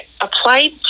applied